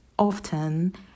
Often